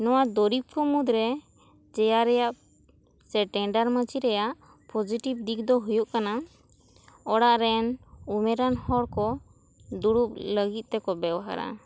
ᱱᱚᱣᱟ ᱫᱩᱨᱤᱵᱽ ᱠᱚ ᱢᱩᱫᱽ ᱨᱮ ᱪᱮᱭᱟᱨ ᱨᱮᱭᱟᱜ ᱥᱮ ᱴᱮᱸᱰᱟᱨ ᱢᱟᱹᱪᱤ ᱨᱮᱭᱟᱜ ᱯᱚᱡᱤᱴᱤᱵᱽ ᱫᱤᱠ ᱫᱚ ᱦᱩᱭᱩᱜ ᱠᱟᱱᱟ ᱚᱲᱟᱜ ᱨᱮᱱ ᱩᱢᱮᱨᱟᱱ ᱦᱚᱲ ᱠᱚ ᱫᱩᱲᱩᱵ ᱞᱟᱹᱜᱤᱫ ᱛᱮᱠᱚ ᱵᱮᱣᱦᱟᱨᱟ